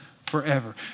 forever